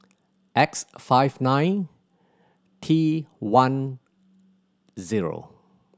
X five nine T one zero